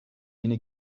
bini